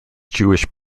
jewish